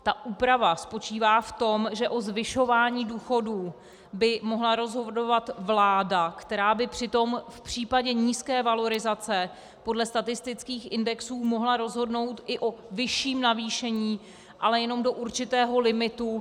Ta úprava spočívá v tom, že o zvyšování důchodů by mohla rozhodovat vláda, která by přitom v případě nízké valorizace podle statistických indexů mohla rozhodnout i o vyšším navýšení, ale jenom do určitého limitu.